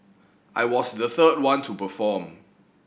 I was the third one to perform